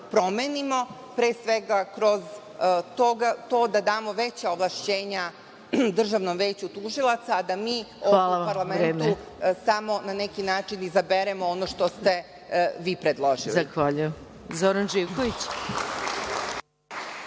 promenimo, pre svega, kroz to da damo veća ovlašćenja Državnom veću tužilaca, a da mi u parlamentu samo na neki način izaberemo ono što ste vi predložili. **Maja Gojković**